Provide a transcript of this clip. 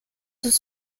sous